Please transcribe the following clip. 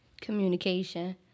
Communication